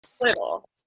Little